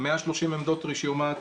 130 עמדות רשיומט.